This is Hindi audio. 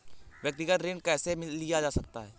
व्यक्तिगत ऋण कैसे लिया जा सकता है?